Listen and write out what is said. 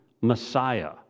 Messiah